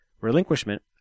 Relinquishment